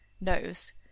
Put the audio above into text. knows